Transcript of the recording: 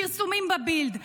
פרסומים בבילד,